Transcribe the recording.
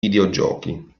videogiochi